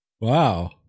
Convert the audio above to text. Wow